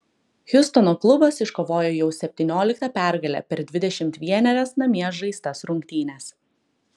hjustono klubas iškovojo jau septynioliktą pergalę per dvidešimt vienerias namie žaistas rungtynes